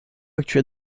actuel